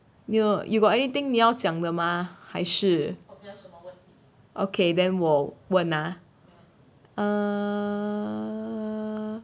你有 you got anything 你要讲的吗还是 okay then 我问 ah err